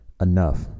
enough